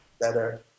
better